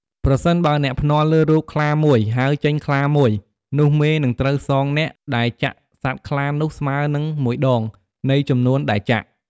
ប្រសិនបើអ្នកភ្នាល់លើរូបខ្លាមួយ ហើយចេញខ្លាមួយ នោះមេនឹងត្រូវសងអ្នកដែលចាក់សត្វខ្លានោះស្មើនឹង ១ដង នៃចំនួនដែលចាក់។